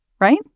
Right